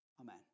Amen